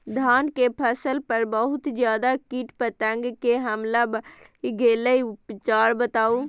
धान के फसल पर बहुत ज्यादा कीट पतंग के हमला बईढ़ गेलईय उपचार बताउ?